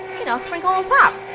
you know, sprinkle on top.